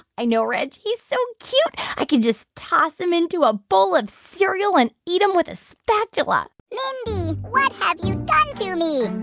i know, reg. he's so cute, i could just toss him into a bowl of cereal and eat him with a spatula mindy, what have you done to me?